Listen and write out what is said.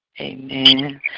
Amen